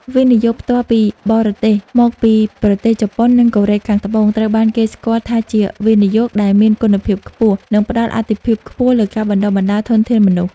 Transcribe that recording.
វិនិយោគផ្ទាល់ពីបរទេស មកពីប្រទេសជប៉ុន និងកូរ៉េខាងត្បូង ត្រូវបានគេស្គាល់ថាជាវិនិយោគដែលមានគុណភាពខ្ពស់ និងផ្ដល់អាទិភាពខ្លាំងលើការបណ្ដុះបណ្ដាលធនធានមនុស្ស។